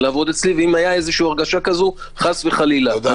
ואם היתה הרגשה כזאת חלילה.